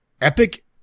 Epic